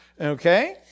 Okay